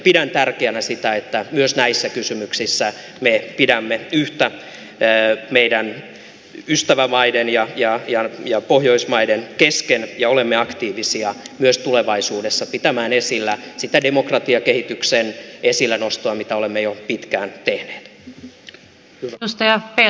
pidän tärkeänä sitä että myös näissä kysymyksissä me pidämme yhtä meidän ystävämaidemme ja pohjoismaiden kesken ja olemme aktiivisia myös tulevaisuudessa pitämään esillä sitä demokratiakehityksen esillenostoa mitä olemme jo pitkään tehneet